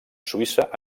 suïssa